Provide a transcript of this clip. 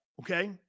okay